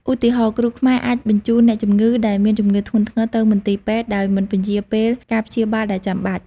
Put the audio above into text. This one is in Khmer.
ឧទាហរណ៍ គ្រូខ្មែរអាចបញ្ជូនអ្នកជំងឺដែលមានជំងឺធ្ងន់ធ្ងរទៅមន្ទីរពេទ្យដោយមិនពន្យារពេលការព្យាបាលដែលចាំបាច់។